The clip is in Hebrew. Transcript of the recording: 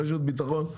רשת ביטחון,